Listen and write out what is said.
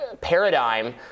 paradigm